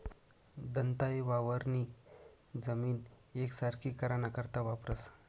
दंताये वावरनी जमीन येकसारखी कराना करता वापरतंस